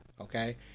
okay